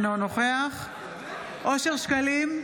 אינו נוכח אושר שקלים,